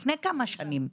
לפני כמה שנים?